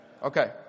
Okay